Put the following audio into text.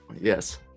Yes